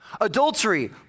Adultery